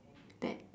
that